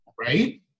Right